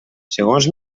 segons